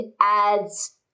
adds